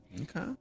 Okay